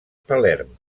palerm